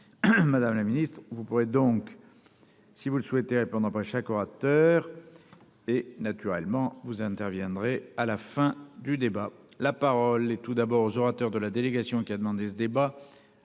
Madame la Ministre, vous pourrez donc. Si vous le souhaitez pendant près chaque orateur. Et naturellement. Vous interviendrez. À la fin du débat la parole et tout d'abord aux orateurs de la délégation qui a demandé ce débat.